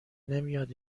نمیاد